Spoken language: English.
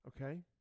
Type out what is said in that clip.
Okay